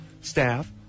staff